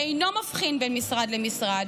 שאינו מבחין בין משרד למשרד.